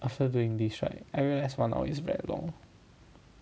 after doing this right I realise one hour is very long